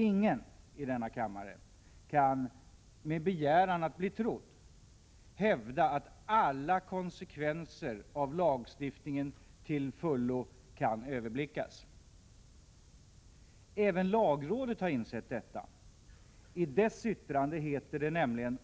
Ingen i denna kammare kan, med begäran att bli trodd, hävda att alla konsekvenser av lagstiftningen till fullo kan överblickas. Även lagrådet har insett detta. I dess yttrande heter det nämligen: